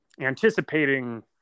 anticipating